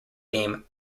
game